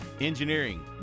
engineering